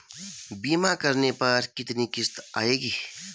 बीमा करने पर कितनी किश्त आएगी?